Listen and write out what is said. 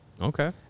Okay